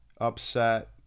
upset